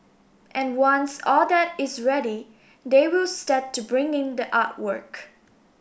and once all that is ready they will start to bring in the artwork